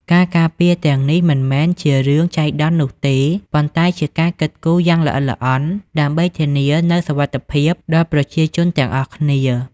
ការការពារទាំងនេះមិនមែនជារឿងចៃដន្យនោះទេ ប៉ុន្តែជាការគិតគូរយ៉ាងល្អិតល្អន់ដើម្បីធានានូវសុវត្ថិភាពដល់ប្រជាជនទាំងអស់គ្នា។